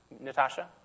Natasha